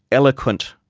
eloquent,